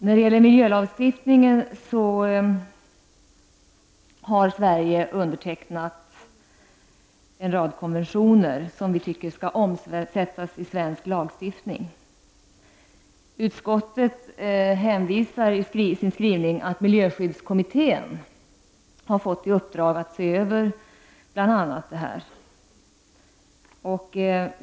När det gäller miljölagstiftningen har Sverige undertecknat en rad konventioner som vi tycker skall omsättas i svensk lagstiftning. Utskottet hänvisar i sin skrivning till att miljöskyddskommittén har fått i uppdrag att se över bl.a. det här.